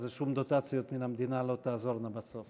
אז שום דוטציות מהמדינה לא תעזורנה בסוף.